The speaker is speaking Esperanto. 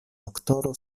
doktoro